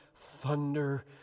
thunder